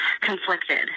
conflicted